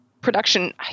production